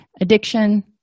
addiction